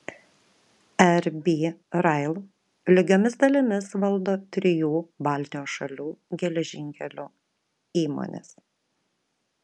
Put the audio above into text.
rb rail lygiomis dalimis valdo trijų baltijos šalių geležinkelių įmonės